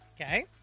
Okay